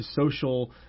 social